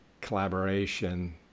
collaboration